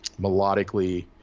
melodically